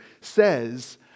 says